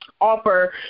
offer